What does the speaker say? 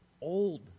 Old